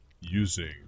using